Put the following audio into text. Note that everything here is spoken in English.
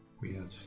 Weird